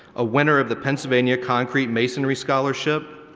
a winner of the pennsylvania concrete masonry scholarship,